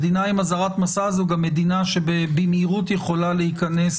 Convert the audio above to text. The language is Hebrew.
מדינה עם אזהרת מסע זו גם מדינה שבמהירות יכולה להיכנס